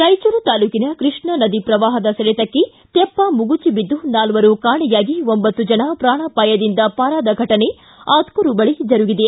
ರಾಯಚೂರು ತಾಲೂಕಿನ ಕೃಷ್ಣಾ ನದಿ ಪ್ರವಾಹದ ಸೆಳೆತಕ್ಕೆ ತೆಪ್ಪ ಮುಗುಚಿ ಬಿದ್ದು ನಾಲ್ವರು ಕಾಣೆಯಾಗಿ ಒಂಬತ್ತು ಜನ ಪ್ರಾಣಾಪಾಯದಿಂದ ಪಾರಾದ ಘಟನೆ ಆತ್ಕೂರು ಬಳಿ ಜರುಗಿದೆ